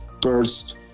birds